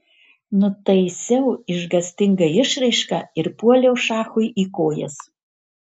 nutaisiau išgąstingą išraišką ir puoliau šachui į kojas